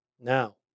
Now